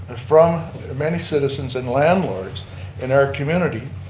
from many citizens and landlords in our community,